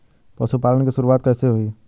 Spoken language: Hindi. पशुपालन की शुरुआत कैसे हुई?